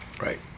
right